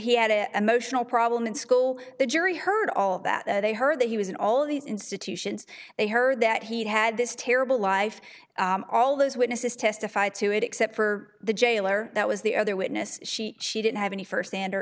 he had a emotional problem in school the jury heard all that they heard that he was in all these institutions they heard that he had this terrible life all those witnesses testified to it except for the jailer that was the other witness she she didn't have any firsthand or